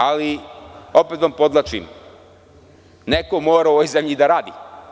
Ali, opet vam podvlačim, neko mora u ovoj zemlji i da radi.